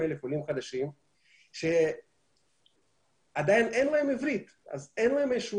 עולים חדשים שעדיין אין להם עברית אז אין להם איזה שהוא